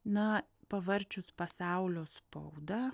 na pavarčius pasaulio spaudą